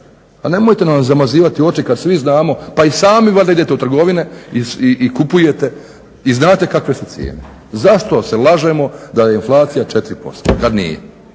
Pa nemojte nam zamazivati oči kad svi znamo pa i sami valjda idete u trgovine i kupujete i znate kakve su cijene. Zašto se lažemo da je inflacija 4% kad nije?